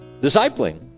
discipling